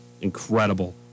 incredible